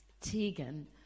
Tegan